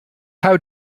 how